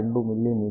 2 మి మీ